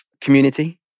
community